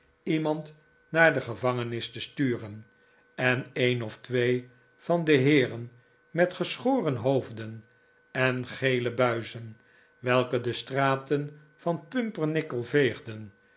iemand naar de gevangenis te sturen en een of twee van de heeren met geschoren hoofden en gele buizen welke de straten van pumpernickel veegden